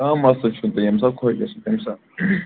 کانٛہہ مَسلہٕ چھُنہٕ تہٕ ییٚمہِ ساتہٕ خۅش گَژھِو تَمہِ ساتہٕ